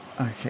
Okay